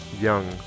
Young